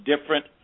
different